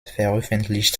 veröffentlicht